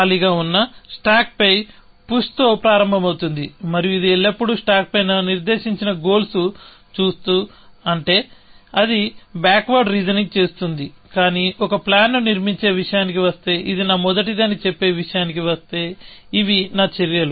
ఖాళీగా ఉన్న స్టాక్ పై పుష్ తో ప్రారంభమవుతుంది మరియు ఇది ఎల్లప్పుడూ స్టాక్ పైన నిర్దేశించిన గోల్స్ చూస్తూ అంటే అది బ్యాక్వర్డ్ రీజనింగ్ని చేస్తోంది కానీ ఒక ప్లాన్ ను నిర్మించే విషయానికి వస్తే ఇది నా మొదటిది అని చెప్పేవిషయానికి వస్తే ఇవి నా చర్యలు